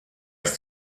ist